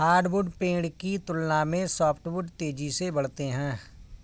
hardwood पेड़ की तुलना में सॉफ्टवुड तेजी से बढ़ते हैं